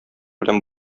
белән